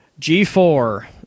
G4